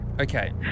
Okay